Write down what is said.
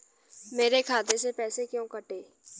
मेरे खाते से पैसे क्यों कटे?